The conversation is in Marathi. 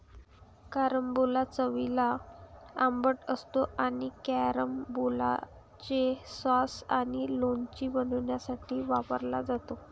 कारंबोला चवीला आंबट असतो आणि कॅरंबोलाचे सॉस आणि लोणचे बनवण्यासाठी वापरला जातो